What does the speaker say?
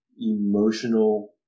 emotional